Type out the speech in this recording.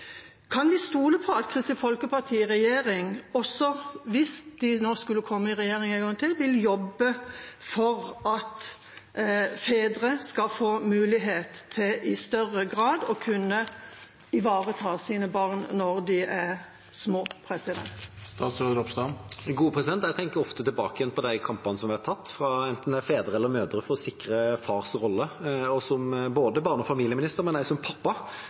Kan vi stole på at Kristelig Folkeparti i regjering – også hvis de nå skulle komme i regjering en gang til – vil jobbe for at fedre i større grad skal få mulighet til å kunne ivareta sine barn når de er små? Jeg tenker ofte tilbake på de kampene vi har tatt – enten det er fra fedres eller mødres side – for å sikre fars rolle. Og som barne- og familieminister, men også som pappa,